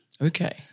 Okay